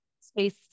space